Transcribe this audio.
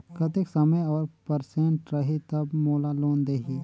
कतेक समय और परसेंट रही तब मोला लोन देही?